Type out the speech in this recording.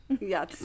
yes